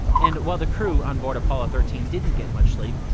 and while the crew on board apollo thirteen didn't get much sleep,